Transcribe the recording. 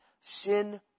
sin